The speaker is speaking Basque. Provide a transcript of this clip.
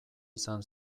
izan